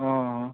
অঁ